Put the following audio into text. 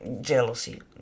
Jealousy